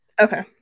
Okay